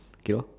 okay lor